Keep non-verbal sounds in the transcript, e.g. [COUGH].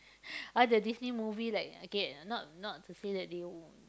[BREATH] all the Disney movie like okay not not to say that they w~